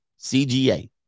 CGA